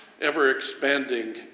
ever-expanding